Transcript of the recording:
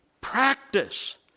Practice